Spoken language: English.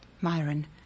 Myron